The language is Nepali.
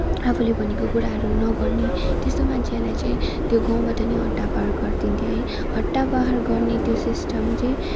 आफूले भनेको कुराहरू नगर्ने त्यस्तो मान्छेहरूलाई चाहिँ त्यो गाउँबाट नै हड्डाबाहर गरिदिन्थ्यो है हड्डाबाहर गर्ने त्यो सिस्टम चाहिँ